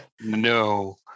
No